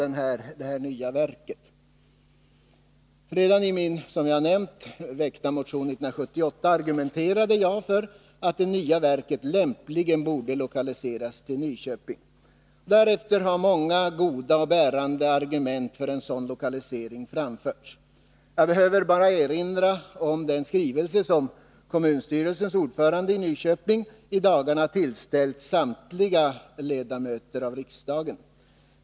Redan 7 Riksdagens protokoll 1981/82:127-131 i min 1978 väckta motion, som jag nyss nämnde, argumenterade jag för att det nya verket lämpligen kunde lokaliseras till Nyköping. Därefter har många goda och bärande argument för en sådan lokalisering framförts. Jag behöver bara erinra om den skrivelse som kommunstyrelsens ordförande i Nyköping i dagarna har tillställt samtliga ledamöter av riksdagen.